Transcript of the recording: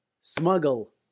smuggle